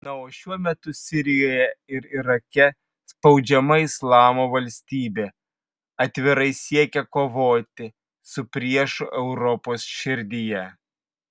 na o šiuo metu sirijoje ir irake spaudžiama islamo valstybė atvirai siekia kovoti su priešu europos širdyje